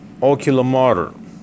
oculomotor